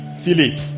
Philip